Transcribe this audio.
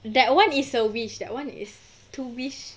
that one is a wish that one is to wish